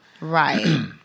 right